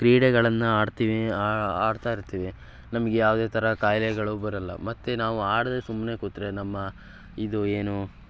ಕ್ರೀಡೆಗಳನ್ನು ಆಡ್ತೀವಿ ಆಡ್ತಾ ಇರ್ತೀವಿ ನಮ್ಗೆ ಯಾವುದೇ ಥರ ಖಾಯಿಲೆಗಳು ಬರೋಲ್ಲ ಮತ್ತು ನಾವು ಆಡದೆ ಸುಮ್ಮನೆ ಕೂತರೆ ನಮ್ಮ ಇದು ಏನು